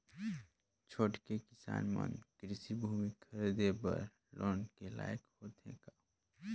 छोटके किसान मन कृषि भूमि खरीदे बर लोन के लायक होथे का?